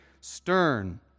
stern